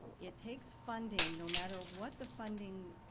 it takes funding no matter what the funding,